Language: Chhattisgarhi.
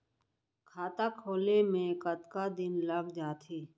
खाता खुले में कतका दिन लग जथे?